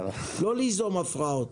לא ליזום הפרעות.